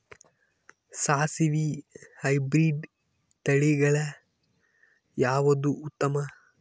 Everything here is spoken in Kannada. ಸಾಸಿವಿ ಹೈಬ್ರಿಡ್ ತಳಿಗಳ ಯಾವದು ಉತ್ತಮ?